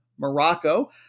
Morocco